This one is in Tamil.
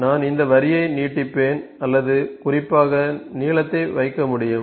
நான் இந்த வரியை நீட்டிப்பேன் அல்லது குறிப்பாக நீளத்தை வைக்க முடியும்